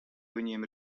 viņiem